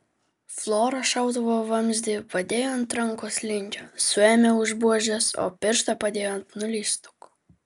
flora šautuvo vamzdį padėjo ant rankos linkio suėmė už buožės o pirštą padėjo ant nuleistuko